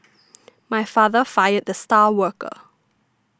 my father fired the star worker